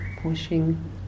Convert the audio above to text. pushing